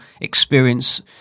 experience